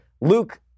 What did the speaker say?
Luke